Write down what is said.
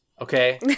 Okay